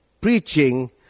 preaching